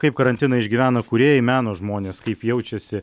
kaip karantiną išgyvena kūrėjai meno žmonės kaip jaučiasi